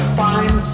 find